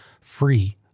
free